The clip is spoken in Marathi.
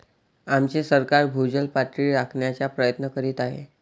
आमचे सरकार भूजल पातळी राखण्याचा प्रयत्न करीत आहे